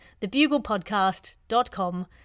Thebuglepodcast.com